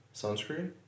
sunscreen